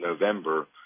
November